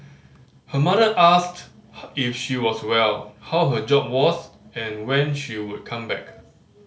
her mother asked if she was well how her job was and when she would come back